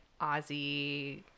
Ozzy